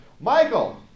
Michael